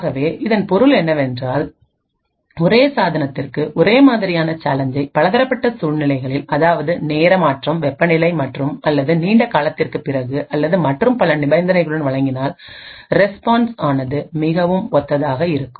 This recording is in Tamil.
ஆகவே இதன் பொருள் என்னவென்றால் ஒரே சாதனத்திற்கு ஒரே மாதிரியான சேலஞ்ச்சை பலதரப்பட்ட சூழ்நிலைகளில் அதாவது நேரம் மாற்றம் வெப்பநிலை மாற்றம் அல்லது நீண்ட காலத்திற்குப் பிறகு அல்லது மற்றும் பல நிபந்தனைகளுடன் வழங்கினால் ரெஸ்பான்ஸ் ஆனது மிகவும் ஒத்ததாக இருக்கும்